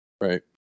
Right